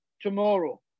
tomorrow